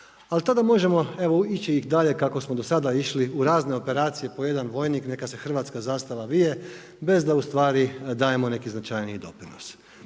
Ali tada možemo evo ići i dalje kako smo do sada išli u razne operacije po jedan vojnik, neka se hrvatska zastava vije bez da ustvari dajemo neki značajniji doprinos.